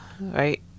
right